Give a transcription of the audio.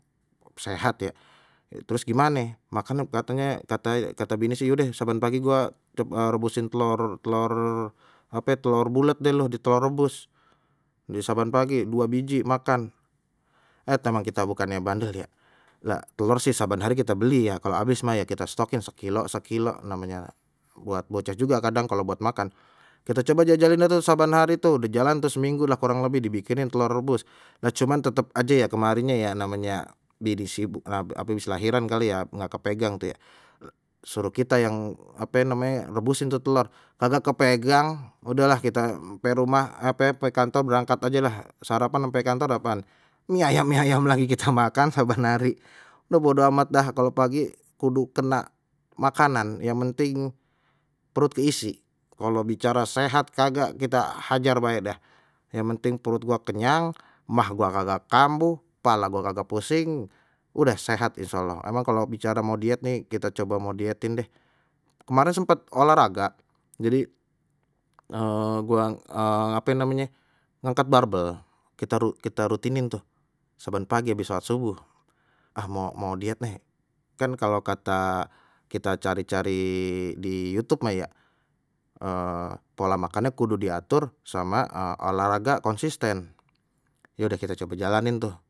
Sehat ye, terus gimane makan katanye kata kata bini sih udeh saban pagi gua rebusin telor telor ape telor bulat deh lo, di telor rebus beli di saban pagi dua biji makan, et dah memang kita bukannya bandel ya lah telur sih saban kita beli ya, kalau habis mah ya kita setokin sekilo sekilo namanya buat bocah juga kadang kalau buat makan kita coba jajalin dah tu saban hari tu dah jalan tuh seminggu lah kurang lebih dibikinin telur rebus, nah cuman tetep aja ya kemarinya ya namanya die die sibuk ape habis lahiran kali ya nggak kepegang tu ya, suruh kita yang ape namenye rebusin tuh telor kagak kepegang, udahlah kita mpe rumah ape mpe kantor berangkat aje lah sarapan ampe kantor apaan mie ayam mie ayam lagi kita makan saban hari, dah bodo amat dah kalau pagi kudu kena makanan yang penting perut keisi, kalau bicara sehat kagak kita hajar bae dah yang penting perut gua kenyang maag gua kagak kambuh, kepala gua kagak pusing udah sehat insyaallah, emang kalau bicara mau diet nih kita coba mau dietin deh. Kemarin sempat olahraga jadi gua ape namenye ngankat barbel, kita ru kita rutinin tuh saban pagi hasbis sholat subuh ah mau mau diet nih, kan kalau kata kita cari-cari di youtube mah ya pola makannya kudu diatur sama olahraga konsisten, ya udah kita coba dijalanin tuh.